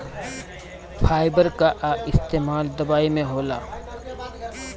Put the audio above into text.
fibre कअ इस्तेमाल दवाई में होला